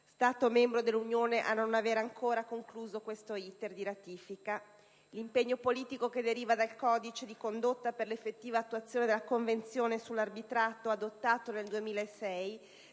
Stato membro dell'Unione a non aver ancora concluso l'*iter* di ratifica. L'impegno politico deriva dal codice di condotta per l'effettiva attuazione della Convenzione sull'arbitrato adottato nel 2006